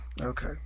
Okay